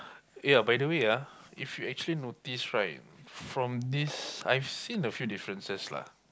ya by the way ah if you actually notice right from this I've seen a few differences lah